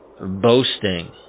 boasting